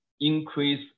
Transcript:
increase